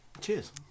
Cheers